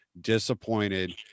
disappointed